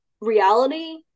reality